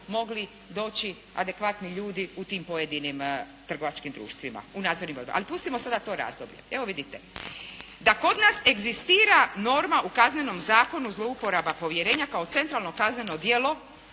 mogli doći adekvatni ljudi u tim pojedinim trgovačkim društvima u nadzornim odborima. Ali pustimo sada to razdoblje. Evo vidite, da kod nas egzistira norma u Kaznenom zakonu zlouporaba povjerenja kao centralno kazneno djelo